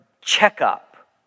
checkup